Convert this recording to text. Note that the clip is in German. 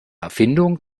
erfindung